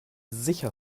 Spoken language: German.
sicher